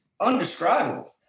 undescribable